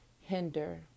hinder